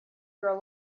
grow